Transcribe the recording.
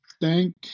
thank